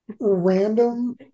random